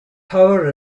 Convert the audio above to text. power